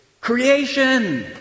creation